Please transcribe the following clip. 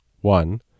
One